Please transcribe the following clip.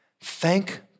thank